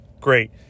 Great